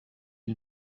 est